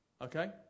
Okay